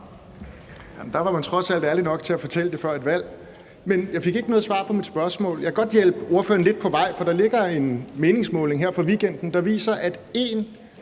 Der var man trods alt ærlig nok til at fortælle det før et valg. Jeg fik ikke noget svar på mit spørgsmål, men jeg kan godt hjælpe ordføreren lidt på vej, for der ligger en meningsmåling her fra weekenden, der viser, at en